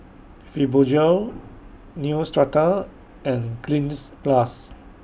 Fibogel Neostrata and Cleanz Plus